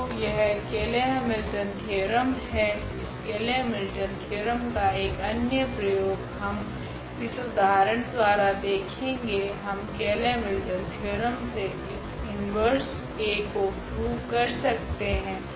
तो यह Cayley Hamilton theorem है इस केयले हैमिल्टन थेओरेम का एक अन्य प्रयोग हम इस उदाहरण द्वारा देखेगे हम केयले हैमिल्टन थेओरेम से इस इनवर्स A को प्रूव कर सकते है